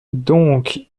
donc